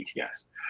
ATS